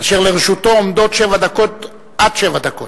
אשר לרשותו עומדות עד שבע דקות.